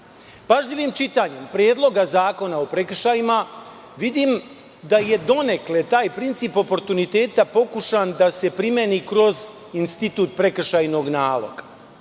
čitanjem Predloga zakona o prekršajima, vidim da je donekle taj princip oportuniteta pokušan da se primeni kroz institut prekršajnog naloga.